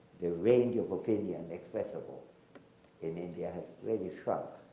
the range of opinion expressible in india has really shrunk,